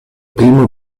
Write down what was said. primo